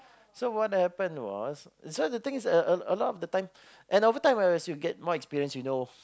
so what happened was so the thing is a a a lot of the time and overtime as you get more experienced you know